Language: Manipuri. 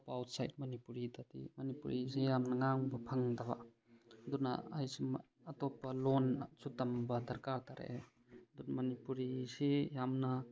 ꯑꯥꯎꯠꯁꯥꯏꯗ ꯃꯅꯤꯄꯨꯔꯤꯗꯗꯤ ꯃꯅꯤꯄꯨꯔꯤꯁꯦ ꯌꯥꯝꯅ ꯉꯥꯡꯕ ꯐꯪꯗꯕ ꯑꯗꯨꯅ ꯑꯇꯣꯞꯄ ꯂꯣꯟꯁꯨ ꯇꯝꯕ ꯗꯔꯀꯥꯔ ꯇꯥꯔꯛꯑꯦ ꯑꯗꯨꯅ ꯃꯅꯤꯄꯨꯔꯤꯁꯤ ꯌꯥꯝꯅ